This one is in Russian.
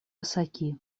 высоки